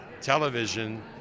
television